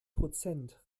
prozent